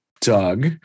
Doug